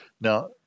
Now